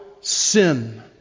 sin